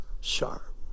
Sharp